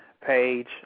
page